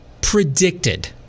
predicted